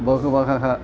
बहवः